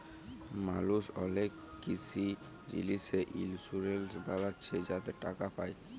মালুস অলেক কিসি জিলিসে ইলসুরেলস বালাচ্ছে যাতে টাকা পায়